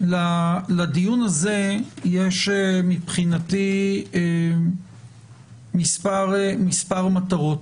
לדיון הזה יש מבחינתי מספר מטרות.